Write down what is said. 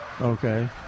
Okay